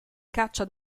caccia